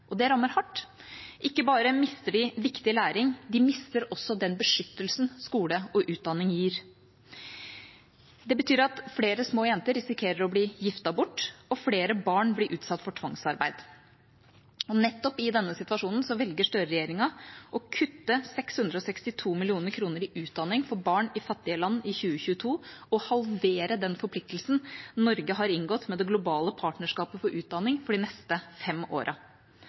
Det rammer hardt. Ikke bare mister de viktig læring, de mister også den beskyttelsen skole og utdanning gir. Det betyr at flere små jenter risikerer å bli giftet bort, og flere barn blir utsatt for tvangsarbeid. Nettopp i denne situasjonen velger Støre-regjeringa å kutte 662 mill. kr i utdanning for barn i fattige land i 2022, og halverer den forpliktelsen Norge har inngått med Det globale partnerskapet for utdanning for de neste fem